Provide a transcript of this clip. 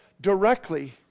directly